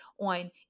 on